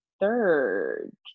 third